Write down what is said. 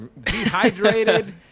dehydrated